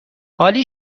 عالی